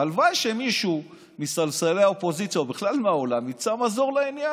הלוואי שמישהו מספסלי האופוזיציה ובכלל מהעולם ימצא מזור לעניין.